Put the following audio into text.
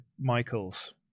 Michaels